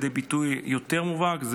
לידי ביטוי יותר מובהק.